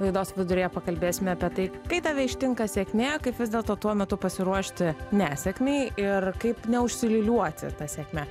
laidos viduryje pakalbėsime apie tai kai tave ištinka sėkmė kaip vis dėlto tuo metu pasiruošti nesėkmei ir kaip neužsiliūliuoti ta sėkme